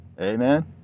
amen